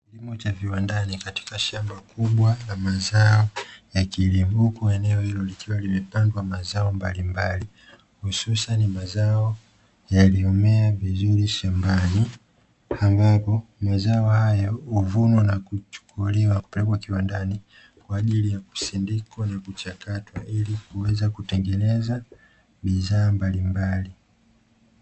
Kilimo cha viwandani katika shamba kubwa la mazao ya kilimo huku eneo hilo likiwa limepandwa mazao mbalimbali hususani mazao yaliyo mea vizuri shambani ambapo mazao hayo uvunwa na kuchukuliwa kiwandani kwa ajili ya kusindikwa na kuchakatwa ili kuweza kutengeneza bidhaa mbalimbali.